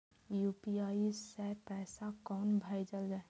UPI सै पैसा कोना भैजल जाय?